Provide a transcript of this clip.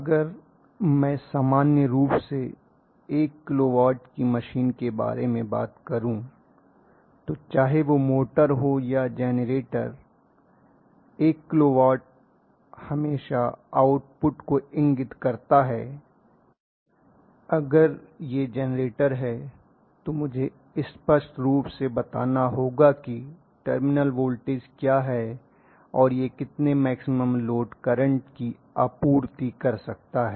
अगर मैं सामान्य रूप से 1 किलो वाट की मशीन के बारे में बात करूँ तो चाहे वह मोटर हो या जेनरेटर 1 किलो वाट हमेशा आउटपुट को इंगित करता है और अगर यह जेनरेटर है तो मुझे स्पष्ट रूप से बताना होगा कि टर्मिनल वोल्टेज क्या है और यह कितने मैक्सिमम लोड करंट की आपूर्ति कर सकता है